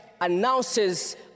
announces